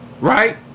right